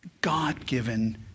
God-given